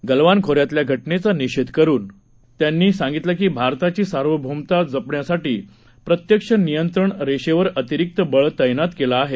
गलवान खोऱ्यातल्या घटनेचा निर्देश करुन त्यांनी सांगितलं की भारताची सार्वभौमता जपण्यासाठी प्रत्यक्ष नियंत्रण रेषेवर अतिरिक्त बळ तैनात केलं आहे